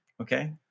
okay